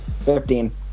Fifteen